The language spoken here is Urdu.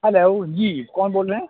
ہلو جی کون بول رہے ہیں